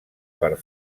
per